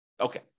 Okay